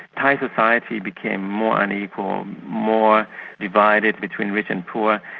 thai society became more unequal, more divided between rich and poor,